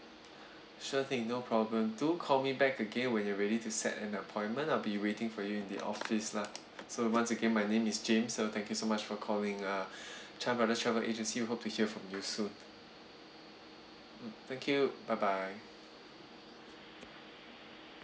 sure thing no problem do call me back again when you're ready to set an appointment I'll be waiting for you in the office lah so once again my name is james so thank you so much for calling uh travellers travel agency hope to hear from you soon mm thank you bye bye